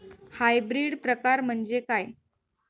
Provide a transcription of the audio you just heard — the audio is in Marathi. हायब्रिड प्रकार म्हणजे काय?